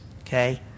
okay